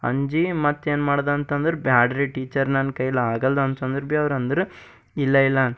ಅಂಜಿ ಮತ್ತೇನು ಮಾಡ್ದೆ ಅಂತಂದರೆ ಬ್ಯಾಡ್ರಿ ಟೀಚರ್ ನನ್ನ ಕೈಯಲ್ಲಿ ಆಗಲ್ಲ ಅಂತಂದರೆ ಬಿ ಅವ್ರಂದ್ರು ಇಲ್ಲ ಇಲ್ಲ